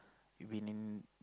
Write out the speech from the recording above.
you have been in